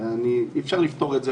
אי אפשר לפטור את זה